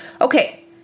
okay